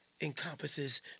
encompasses